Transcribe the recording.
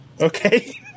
Okay